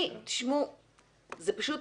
זה פשוט